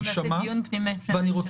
אנחנו נעשה דיון פנימי אצלנו.